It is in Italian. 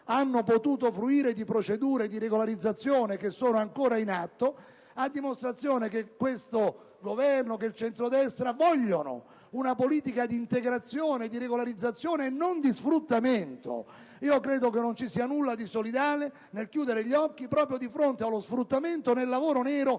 hanno potuto fruire di procedure di regolarizzazione, che sono ancora in atto, a dimostrazione che questo Governo ed il centrodestra vogliono una politica di integrazione e di regolarizzazione e non di sfruttamento. Credo non ci sia nulla di solidale nel chiudere gli occhi proprio di fronte allo sfruttamento nel lavoro nero